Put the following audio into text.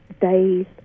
days